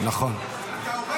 אז אני שואל אתכם --- חוצפה,